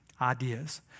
ideas